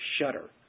shudder